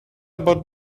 about